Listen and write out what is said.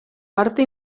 parte